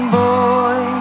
boy